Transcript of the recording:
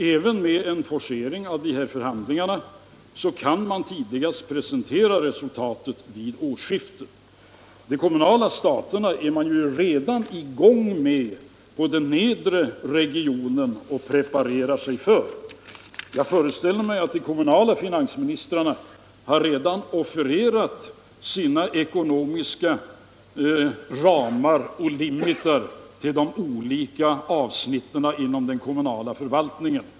Även med en forcering av förhandlingarna kan resultatet presenteras tidigast vid årsskiftet. De kommunala staterna håller man redan på att preparera i de nedre regionerna ute i kommunerna. Jag föreställer mig att de kommunala finansministrarna redan har offererat sina ekonomiska ramar på de olika avsnitten inom den kommunala förvaltningen.